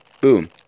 Boom